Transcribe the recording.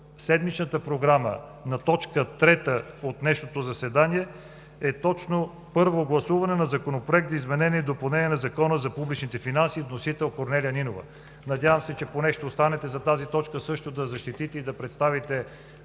седмичната програма на точка трета за днешното заседание е точно първо гласуване на Законопроект за изменение и допълнение на Закона за публичните финанси с вносител Корнелия Нинова. Надявам се, че ще останете поне за тази точка, за да защитите и представите